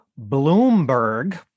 Bloomberg